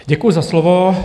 Děkuji za slovo.